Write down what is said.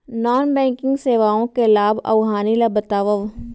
non banking सेवाओं के लाभ अऊ हानि ला बतावव